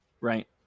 right